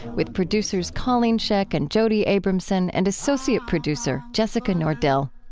with producers colleen scheck and jody abramson and associate producer jessica nordell.